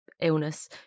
Illness